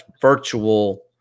virtual